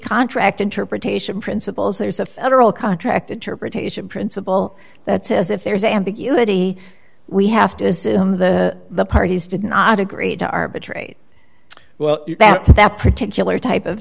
contract interpretation principles there's a federal contract interpretation principle that says if there's ambiguity we have to assume the the parties did not agree to arbitrate well that that particular type of